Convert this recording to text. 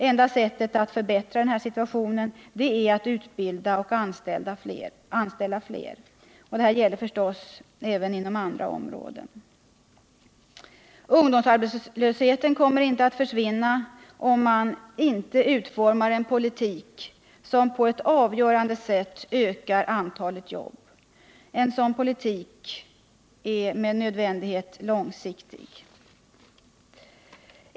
Enda sättet att förbättra denna situation är att utbilda och anställa fler. Detta gäller förstås även inom andra områden. Ungdomsarbetslösheten kommer inte att försvinna om man inte utformar en politik, som på ett avgörande sätt möjliggör en ökning av antalet jobb. En sådan politik måste vara långsiktig.